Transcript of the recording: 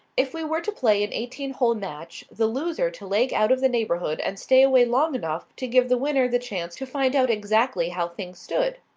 if we were to play an eighteen-hole match, the loser to leg out of the neighbourhood and stay away long enough to give the winner the chance to find out exactly how things stood?